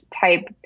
type